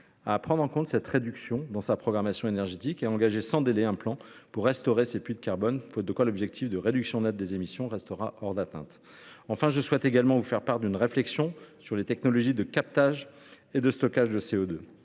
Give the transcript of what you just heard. à prendre en compte cette réduction dans sa programmation énergétique et à engager sans délai un plan pour restaurer ces puits de carbone, faute de quoi l’objectif de réduction nette des émissions restera hors d’atteinte. Enfin, je souhaite vous faire part d’une réflexion sur les technologies de captage et de stockage du CO2